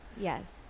Yes